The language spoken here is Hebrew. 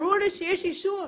ברור לי שיש אישור.